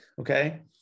okay